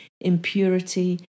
impurity